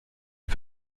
die